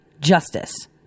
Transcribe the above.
justice